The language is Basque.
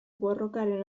borrokaren